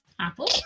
Apple